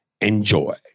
Enjoy